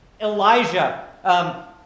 Elijah